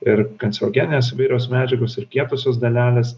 ir kancerogeninės įvairios medžiagos ir kietosios dalelės